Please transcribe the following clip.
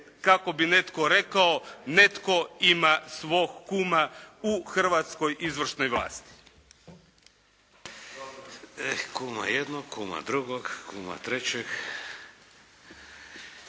kako bi netko rekao, netko ima svog kuma u hrvatskoj izvršnoj vlasti. **Šeks, Vladimir (HDZ)** Eh, kuma jednog, kuma drugog, kuma trećeg.